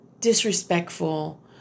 disrespectful